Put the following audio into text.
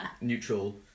neutral